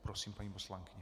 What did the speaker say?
Prosím, paní poslankyně.